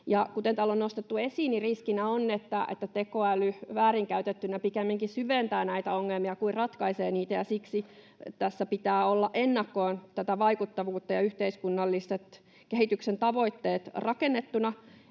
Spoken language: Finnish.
kuten täällä on nostettu esiin, niin riskinä on, että tekoäly väärinkäytettynä pikemminkin syventää näitä ongelmia kuin ratkaisee niitä, ja siksi tässä pitää olla ennakkoon tätä vaikuttavuutta ja yhteiskunnallisten kehityksen tavoitteiden rakennettuina.